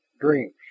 Dreams